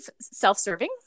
self-serving